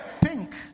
Pink